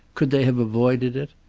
could they have avoided it?